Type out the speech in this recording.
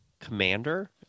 commander